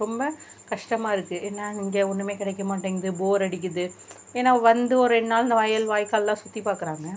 ரொம்ப கஷ்டமாக இருக்குது என்ன இங்கே ஒன்றுமே கிடைக்க மாட்டேங்குது போர் அடிக்குது ஏன்னால் வந்து ஒரு ரெண்டு நாள் இந்த வயல் வாய்க்காலெல்லாம் சுற்றி பார்க்குறாங்க